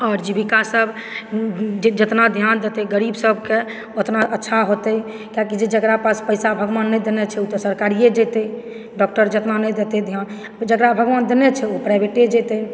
आओर जीविकासभ जेतना ध्यान देतय गरीब सभकेँ ओतना अच्छा होतय किआकि जेकरा पास पैसा भगवन नहि देने छै ओ तऽ सरकारिए जेतय डॉक्टर जकाँ नहि देतय ध्यान जकरा भगवान देने छै ओ प्राइवेटए जेतय